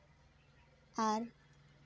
ᱟᱨ